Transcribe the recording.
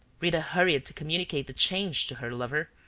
rita hurried to communicate the change to her lover,